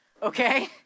Okay